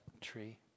tree